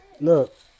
Look